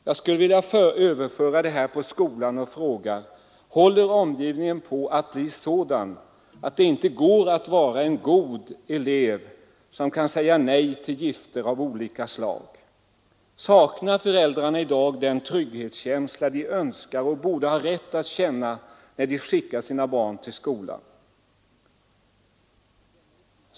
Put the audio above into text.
Jag skulle vilja överföra det på skolan och fråga: Håller omgivningen på att bli sådan att det inte går att vara en god elev, som kan säga nej till gifter av olika slag? Saknar föräldrarna i dag den trygghetskänsla de önskar och borde ha rätt att känna när de skickar sina barn till skolan?